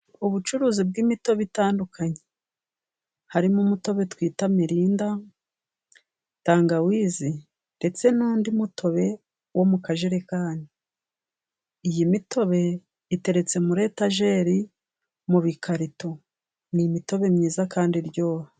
Ubucuruzi bw'imitobe itandukanye, harimo umutobe twita mirinda, tangawizi, ndetse n'undi mutobe wo mu kajerekani. Iyi mitobe iteretse muri etajeri mu bikarito, ni imitobe myiza kandi iryoha.